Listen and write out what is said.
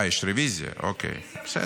יש רוויזיה, אוקיי, בסדר.